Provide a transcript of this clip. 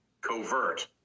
covert